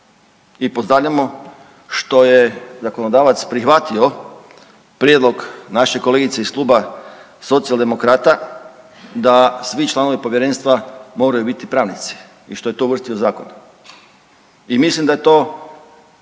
i pozdravljamo što je zakonodavac prihvatio prijedlog naše kolegice iz Kluba Socijaldemokrata da svi članovi povjerenstva moraju biti pravnici i što je to uvrstio u zakon i mislim da je to